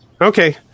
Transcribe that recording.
Okay